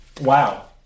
Wow